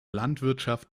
landwirtschaft